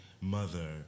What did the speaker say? mother